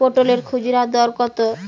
পটলের খুচরা দর কত?